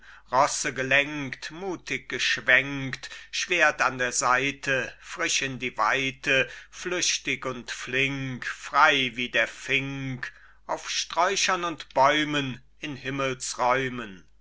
rosse gelenkt mutig geschwenkt schwert an der seite frisch in die weite flüchtig und flink frei wie der fink auf sträuchern und bäumen in himmels räumen